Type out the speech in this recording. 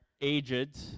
aged